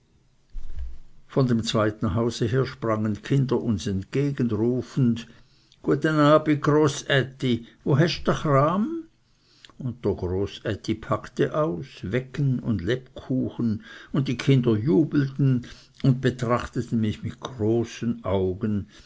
von dem zweiten hause her sprangen kinder uns entgegen rufend gueten abe großätti wo hest dr chram und der großätti packte aus weggen und lebkuchen und die kinder jubelten und betrachteten mich mit großen augen